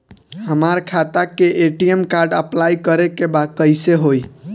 हमार खाता के ए.टी.एम कार्ड अप्लाई करे के बा कैसे होई?